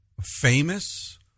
famous